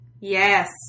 Yes